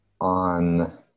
on